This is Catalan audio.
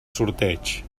sorteig